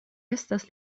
estas